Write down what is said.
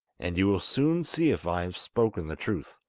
and you will soon see if i have spoken the truth